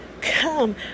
come